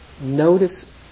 notice